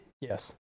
Yes